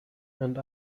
and